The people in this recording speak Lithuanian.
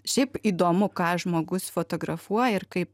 šiaip įdomu ką žmogus fotografuoja ir kaip